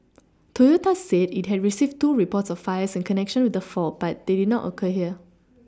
Toyota said it had received two reports of fires in connection with the fault but they did not occur here